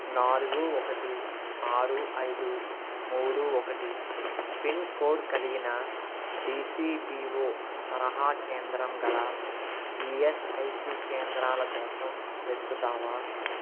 నాలుగు ఒకటి ఆరు ఐదు మూడు ఒకటి పిన్కోడ్ కలిగిన డిసిబిఓ తరహా కేంద్రం గల ఈఎస్ఐసి కేంద్రాల కోసం వెతుకుతావా